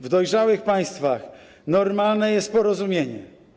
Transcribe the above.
W dojrzałych państwach normalne jest porozumienie.